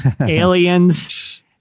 aliens